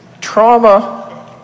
Trauma